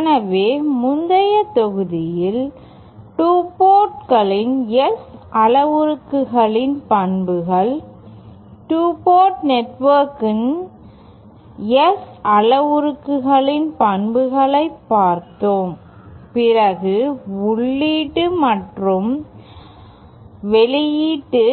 எனவே முந்தைய தொகுதியில் 2 போர்ட்களின் S அளவுருக்களின் பண்புகள் 2 போர்ட்களின் நெட்வொர்க்கிற்கான S அளவுருக்களின் பண்புகளை பார்த்தோம் பிறகு உள்ளீடு மற்றும் வெளியீட்டு